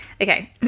Okay